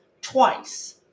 twice